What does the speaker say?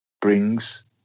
brings